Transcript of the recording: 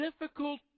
difficult